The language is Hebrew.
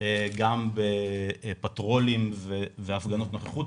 גם בפטרולים והפגנות נוכחות,